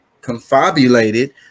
confabulated